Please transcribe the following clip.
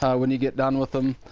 when you get done with them.